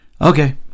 okay